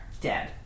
Dead